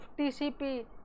TCP